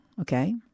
okay